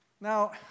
Now